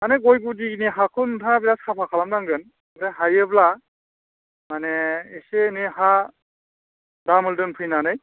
मानि गय गुदिनि हाखौ नोंथाङा बिराथ साफा खालामनांगोन आमफ्राय हायोब्ला मानि एसे एनै हा दामोल दोनफैनानै